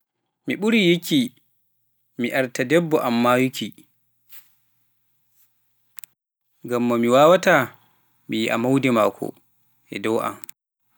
Mi ɓuri yikki mi arta kore an mayuuki, ngam ma mi wawaata mi yiia maudee maako e dow an.